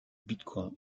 bitcoin